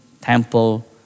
temple